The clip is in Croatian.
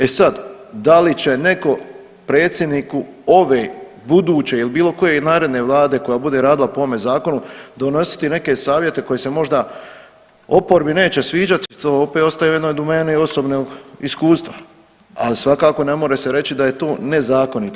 E sad da li će neko predsjedniku ove, buduće ili bilo koje naredne vlade koja bude radila po ovome zakonu donositi neke savjete koji se možda oporbi neće sviđati to opet ostaje na domeni osobnog iskustva, ali svakako ne more se reći da je to nezakonito.